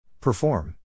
Perform